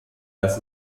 das